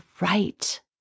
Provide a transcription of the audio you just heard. right